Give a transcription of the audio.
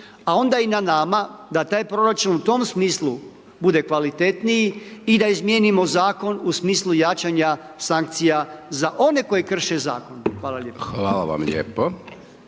a onda i na nama, da taj proračun, u tom smislu bude kvalitetniji i da izmetimo zakon u smislu jačanja sankcija za one koji krše zakon. Hvala lijepo.